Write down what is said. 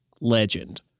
legend